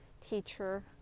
teacher